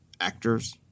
actors